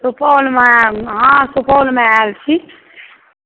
सुपौलमे हँ सुपौलमे आयल छी